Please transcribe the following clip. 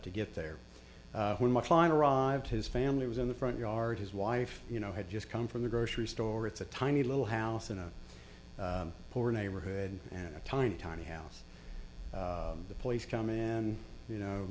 to get there when my fine arrived his family was in the front yard his wife you know had just come from the grocery store it's a tiny little house in a poor neighborhood and a tiny tiny house the place come in you know